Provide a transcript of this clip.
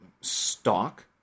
stock